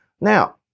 Now